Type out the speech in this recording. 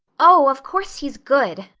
oh, of course he's good,